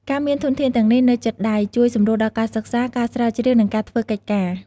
ការមានធនធានទាំងនេះនៅជិតដៃ ជួយសម្រួលដល់ការសិក្សា ការស្រាវជ្រាវ និងការធ្វើកិច្ចការ។